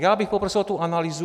Já bych prosil o tu analýzu.